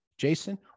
Jason